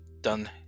done